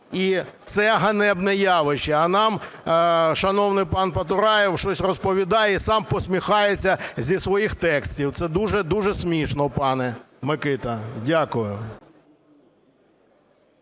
І це ганебне явище. А нам шановний пан Потураєв щось розповідає і сам посміхається зі своїх текстів. Це дуже смішно, пане Микито. Дякую.